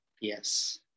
Yes